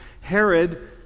Herod